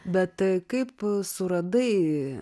bet kaip suradai